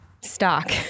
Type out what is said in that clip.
Stock